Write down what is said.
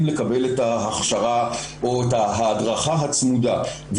לקבל את ההכשרה או את ההדרכה הצמודה.